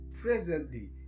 presently